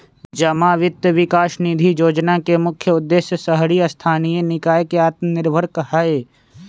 जमा वित्त विकास निधि जोजना के मुख्य उद्देश्य शहरी स्थानीय निकाय के आत्मनिर्भर हइ